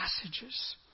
passages